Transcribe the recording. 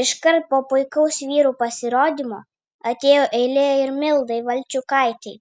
iškart po puikaus vyrų pasirodymo atėjo eilė ir mildai valčiukaitei